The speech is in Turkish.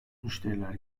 müşteriler